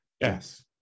Yes